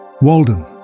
Walden